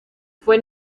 fue